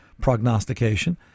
prognostication